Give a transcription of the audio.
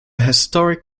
historic